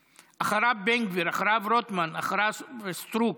אחריה, בן גביר, אחריו, רוטמן, אחריו, סטרוק.